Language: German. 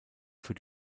für